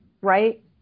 right